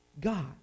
God